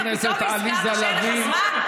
פתאום נזכרת שאין לך זמן?